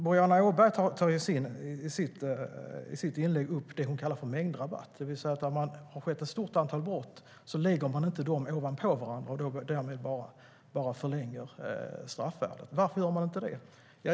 Boriana Åberg tar i sitt inlägg upp det hon kallar för mängdrabatt. Om det har skett ett stort antal brott lägger man inte dem ovanpå varandra och därmed bara förlänger straffvärdet. Varför gör man inte det?